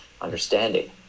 understanding